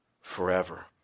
forever